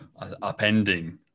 upending